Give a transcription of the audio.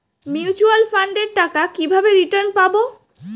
Mutual ফান্ডের টাকা কিভাবে রিটার্ন পাব?